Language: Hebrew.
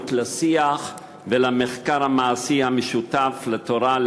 המודעות לשיח ולמחקר המעשי המשותף לתורה,